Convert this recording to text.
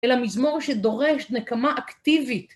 אלא מזמור שדורש נקמה אקטיבית.